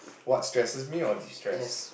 what stresses me or destress